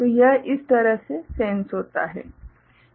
तो यह इस तरह से सेंस होता है